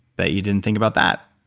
bet you didn't think about that.